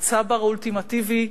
הצבר האולטימטיבי,